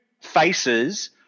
faces